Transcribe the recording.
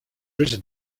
written